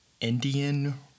Indian